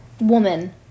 woman